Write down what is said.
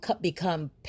become